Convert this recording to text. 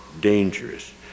dangerous